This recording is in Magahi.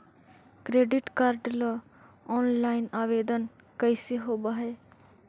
क्रेडिट कार्ड ल औनलाइन आवेदन कैसे होब है?